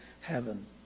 heaven